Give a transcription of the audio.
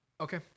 Okay